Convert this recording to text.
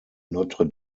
notre